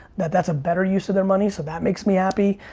that that's a better use of their money so that makes me happy.